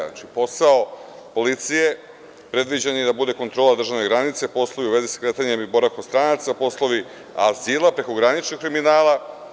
Znači, posao policije je predviđen da bude kontrola državne granice, posluvi u vezi sa kretanjem i boravkom stranaca, poslovi azila, prekograničnog kriminala.